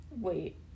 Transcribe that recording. wait